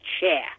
chair